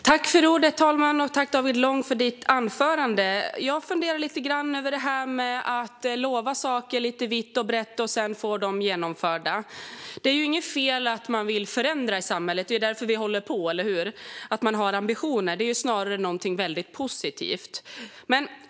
Herr talman! Tack, David Lång, för ditt anförande! Jag funderar över det där med att lova saker lite vitt och brett och sedan få dem genomförda. Det är inget fel med att vilja förändra samhället eller att ha ambitioner. Det är ju därför vi håller på - det är snarare något positivt.